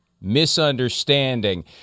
misunderstanding